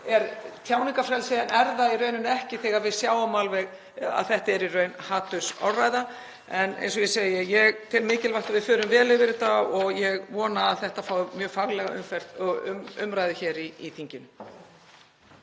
er tjáningarfrelsið en er það í rauninni ekki þegar við sjáum alveg að þetta er í raun hatursorðræða? Ég tel mikilvægt að við förum vel yfir þetta og ég vona að þetta fái mjög faglega umræðu hér í þinginu.